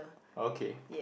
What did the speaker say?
okay